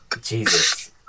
Jesus